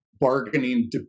bargaining